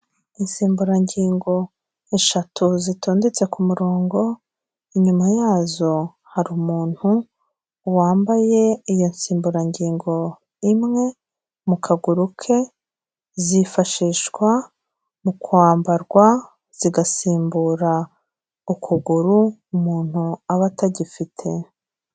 Insimburangingo eshatu zitondetse ku murongo, inyuma yazo hari umuntu wambaye iyo nsimburangingo imwe mu kaguru ke, zifashishwa mu kwambarwa zigasimbura ukuguru umuntu aba atagifite.